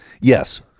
Yes